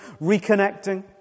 reconnecting